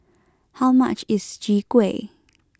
how much is Chwee Kueh